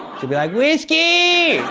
she'll be like, whiskey!